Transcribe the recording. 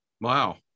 Wow